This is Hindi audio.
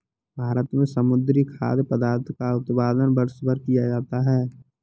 भारत में समुद्री खाद्य पदार्थों का उत्पादन वर्षभर किया जाता है